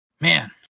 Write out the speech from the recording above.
Man